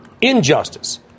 Injustice